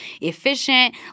efficient